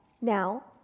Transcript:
now